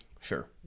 Sure